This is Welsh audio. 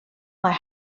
mae